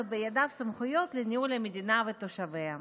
ובידיהם סמכויות לניהול המדינה ותושביה.